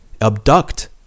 abduct